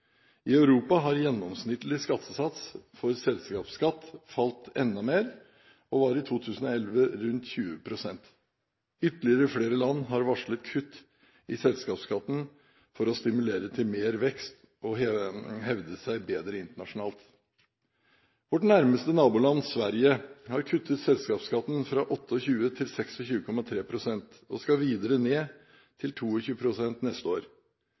I Europa har gjennomsnittlig sats for selskapsskatt falt enda mer, og var i 2011 rundt 20 pst. Ytterligere flere land har varslet kutt i selskapsskatten for å stimulere til mer vekst og hevde seg bedre internasjonalt. Vårt nærmeste naboland, Sverige, har kuttet selskapsskatten fra 28 pst. til 26,3 pst. og skal videre ned til 22 pst. neste år.